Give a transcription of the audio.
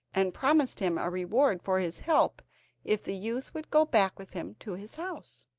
and promised him a reward for his help if the youth would go back with him to his house.